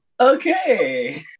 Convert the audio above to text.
Okay